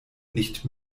nicht